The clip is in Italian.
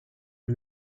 che